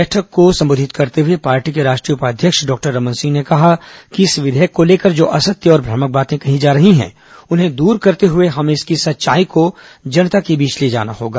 बैठक को संबोधित करते हुए पार्टी के राष्ट्रीय उपाध्यक्ष डॉक्टर रमन सिंह ने कहा कि इस अधिनियम को लेकर जो असत्य और भ्रामक बातें कही जा रही है उन्हें दूर करते हुए हमें इसकी सच्चाई को जनता के बीच ले जाना होगा